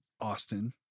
Austin